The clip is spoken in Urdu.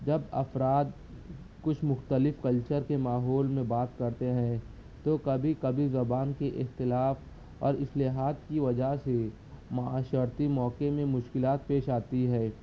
جب افراد کچھ مختلف کلچر کے ماحول میں بات کرتے ہیں تو کبھی کبھی زبان کی اختلاط اور اصلاحات کی وجہ سے معاشرتی موقعے میں مشکلات پیش آتی ہے